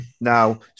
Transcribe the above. Now